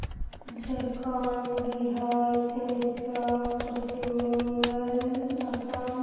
Jharkhand Bihar Odisha Paschim Bangal Assam